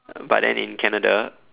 but then in Canada